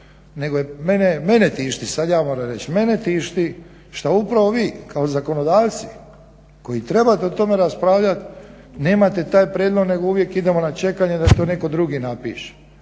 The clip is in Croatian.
nego mene tišti, sad ja moram reć. Mene tišti šta upravo ovi kao zakonodavci koji treba da o tome raspravlja nemate taj prijedlog nego uvijek idemo na čekanje da to netko drugi napiše,